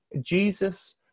jesus